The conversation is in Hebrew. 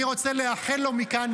אני רוצה לאחל לו מכאן,